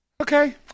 Okay